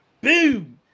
Boom